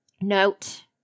Note